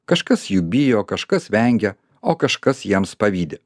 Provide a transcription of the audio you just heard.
kažkas jų bijo kažkas vengia o kažkas jiems pavydi